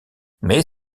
mais